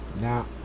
Now